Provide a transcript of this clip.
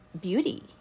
beauty